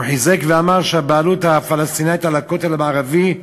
הוא חיזק ואמר שהבעלות פלסטינית על הכותל המערבי,